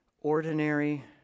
ordinary